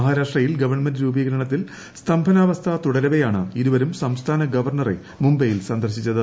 മഹാരാഷ്ട്രയിൽ ഗവൺമെന്റ് രൂപീകരണത്തിൽ സ്തംഭനാവസ്ഥ തുടരവെയാണ് ഇരുവരും സംസ്ഥാന ഗവർണറെ മുംബൈയിൽ സന്ദർശിച്ചത്